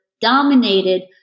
dominated